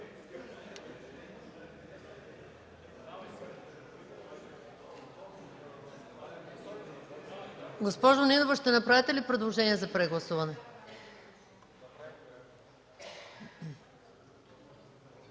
Госпожо Нинова, ще направите ли предложение за прегласуване?